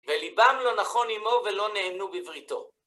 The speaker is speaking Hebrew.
וליבם לא נכון עמו ולא נהנו בבריתו.